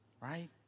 right